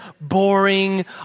boring